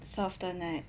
surf the net